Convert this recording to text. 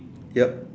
yup